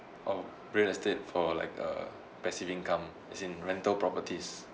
or real estate for like uh passive income as in rental properties